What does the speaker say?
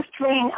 train